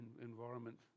environment